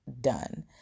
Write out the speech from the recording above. done